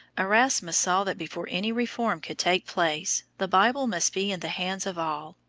erasmus saw that before any reform could take place the bible must be in the hands of all,